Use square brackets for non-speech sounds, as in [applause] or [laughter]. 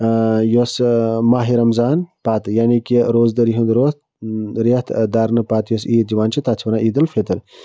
یۄس ماہہِ رمضان پَتہٕ یعنی کہِ روزدٔری ہُنٛد [unintelligible] رٮ۪تھ دَرنہٕ پَتہٕ یۄس عیٖد یِوان چھِ تَتھ چھِ وَنان عیٖد الفطر